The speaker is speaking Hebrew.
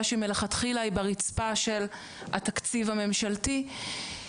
שמלכתחילה היא ברצפה של התקציב הממשלתי.